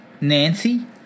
Nancy